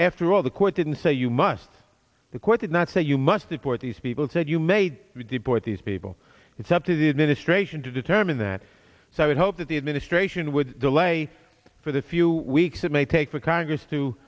after all the court didn't say you must the court did not say you must deport these people said you made deport these people it's up to the administration to determine that so i would hope that the administration would delay for the few weeks it may take for congress to